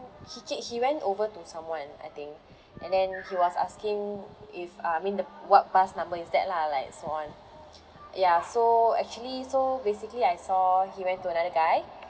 he keep he went over to someone I think and then he was asking if uh I mean the what bus number is that lah like so on ya so actually so basically I saw he went to another guy